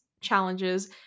challenges